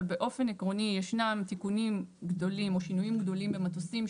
אבל באופן עקרוני ישנם תיקונים גדולים או שינויים גדולים במטוסים,